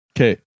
Okay